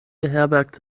beherbergt